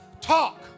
talk